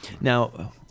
Now